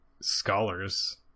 scholars